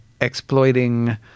exploiting